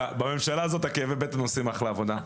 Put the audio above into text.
בממשלה הזאת כאבי הבטן עושים אחלה עבודה.